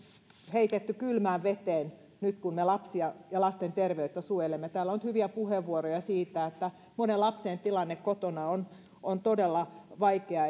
heitetty kylmään veteen nyt kun me lapsia ja lasten terveyttä suojelemme täällä on ollut nyt hyviä puheenvuoroja siitä että monen lapsen tilanne kotona on on todella vaikea